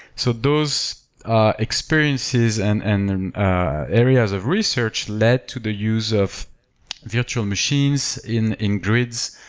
so those ah experiences and and areas of research led to the use of virtual machines in in grids,